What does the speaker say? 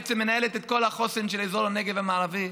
ובעצם היא מנהלת את כל החוסן של אזור הנגב המערבי.